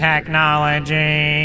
Technology